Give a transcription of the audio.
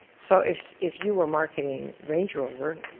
so if if you were marketing range rover,